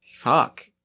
Fuck